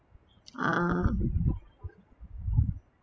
ah